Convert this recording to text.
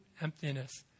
emptiness